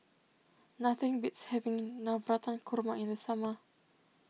nothing beats having Navratan Korma in the summer